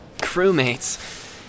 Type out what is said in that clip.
Crewmates